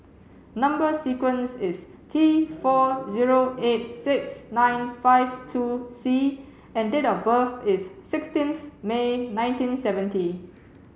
number sequence is T four zero eight six nine five two C and date of birth is sixteenth May nineteen seventy